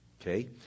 Okay